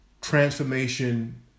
transformation